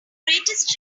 greatest